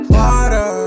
water